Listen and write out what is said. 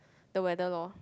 no matter loh